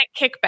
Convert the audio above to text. kickback